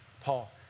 Paul